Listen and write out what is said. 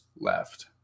left